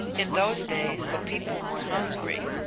in those days the people were hungry.